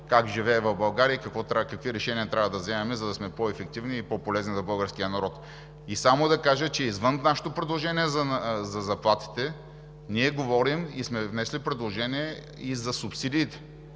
как живее в България и какви решения трябва да вземем, за да сме по-ефективни и по-полезни за българския народ. Извън нашето предложение за заплатите, ние говорим и сме внесли предложение за субсидиите.